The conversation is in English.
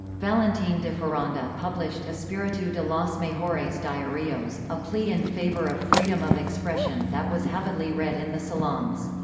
valentin de foronda published espiritu de los mejores diarios, a plea in favour of freedom of expression that was avidly read in the salons.